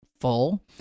full